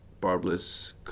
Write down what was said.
barbless